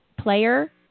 player